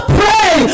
pray